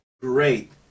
great